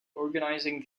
organizing